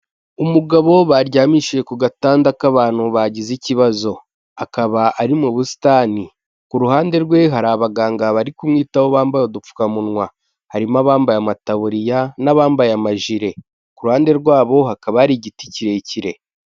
Umugabo baryamishije ku gatanda k'abantu bagize ikibazo akaba ari mu busitani, ku ruhande rwe hari abaganga bari kumwitaho bambaye udupfukamunwa harimo abambaye amataburiya n'abambaye amajire, ku ruhande rwabo hakaba ari igiti kirekire.